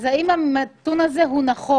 האם הנתון הזה נכון?